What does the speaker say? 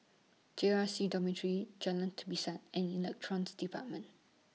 J R C Dormitory Jalan Tapisan and Elect department